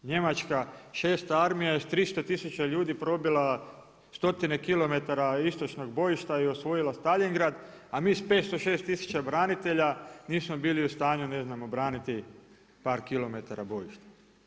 Njemačka 6.-ta armija je sa 300 tisuća ljudi probila stotine kilometara istočnog bojišta i osvojila Staljingrad a mi sa 506 tisuća branitelja nismo bili u stanju ne znam obraniti par kilometara bojišta.